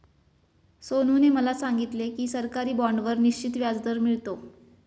सोनूने मला सांगितले की सरकारी बाँडवर निश्चित व्याजदर मिळतो